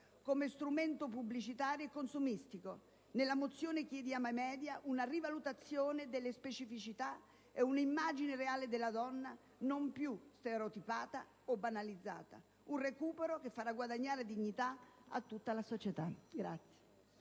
come strumento pubblicitario e consumistico. Nella mozione chiediamo ai *media* una rivalutazione delle specificità e un'immagine reale della donna, non più stereotipata o banalizzata: un recupero che farà guadagnare dignità a tutta la società.